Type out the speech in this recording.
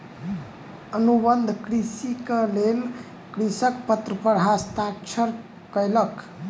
अनुबंध कृषिक लेल कृषक पत्र पर हस्ताक्षर कयलक